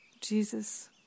Jesus